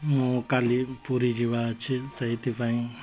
ମୁଁ କାଲି ପୁରୀ ଯିବା ଅଛି ସେଇଥିପାଇଁ